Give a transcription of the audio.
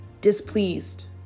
displeased